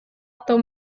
atau